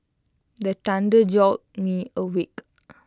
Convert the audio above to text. the thunder jolt me awake